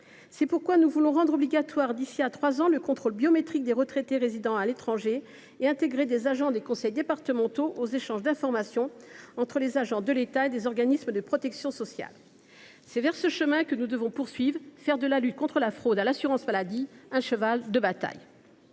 C’est pourquoi nous voulons rendre obligatoire d’ici à trois ans le contrôle biométrique des retraités résidant à l’étranger et intégrer des agents des conseils départementaux aux échanges d’informations entre agents de l’État et organismes de protection sociale. Nous devons continuer sur cette voie et faire de la lutte contre la fraude à l’assurance maladie un cheval de bataille.